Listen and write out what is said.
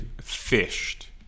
fished